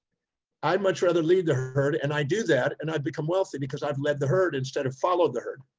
i'd much rather lead the herd, and i do that and i'd become wealthy because i've led the herd instead of follow the herd.